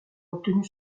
obtenu